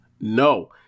No